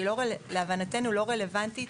שלהבנתנו היא לא רלוונטית